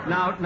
Now